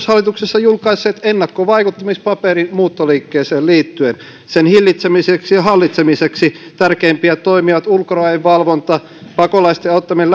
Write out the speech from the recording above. hallituksessa julkaisseet myös ennakkovaikuttamispaperin muuttoliikkeeseen liittyen sen hillitsemiseksi ja hallitsemiseksi tärkeimpiä toimia ovat ulkorajojen valvonta pakolaisten auttaminen